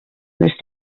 les